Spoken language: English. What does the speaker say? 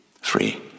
Free